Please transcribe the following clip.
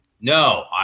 No